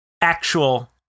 actual